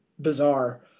bizarre